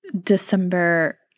December